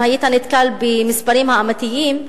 אם היית נתקל במספרים האמיתיים,